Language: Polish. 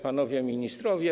Panowie Ministrowie!